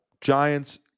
Giants